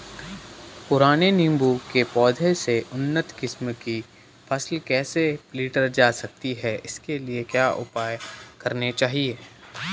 पुराने नीबूं के पौधें से उन्नत किस्म की फसल कैसे लीटर जा सकती है इसके लिए क्या उपाय करने चाहिए?